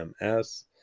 MS